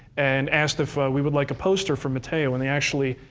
and asked if we would like a poster for mateo, and they actually,